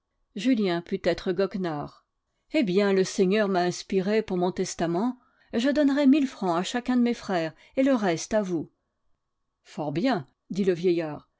julien put être goguenard eh bien le seigneur m'a inspiré pour mon testament je donnerai mille francs à chacun de mes frères et le reste à vous fort bien dit le vieillard